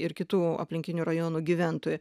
ir kitų aplinkinių rajonų gyventojai